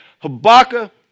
Habakkuk